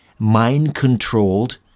mind-controlled